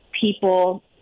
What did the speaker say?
people